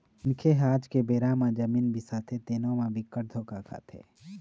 मनखे ह आज के बेरा म जमीन बिसाथे तेनो म बिकट धोखा खाथे